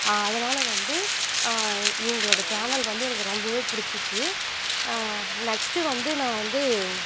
அதனால் வந்து இவங்களோடசேனல் வந்து எனக்கு ரொம்பவே பிடிச்சிச்சு நெக்ஸ்ட்டு வந்து நான் வந்து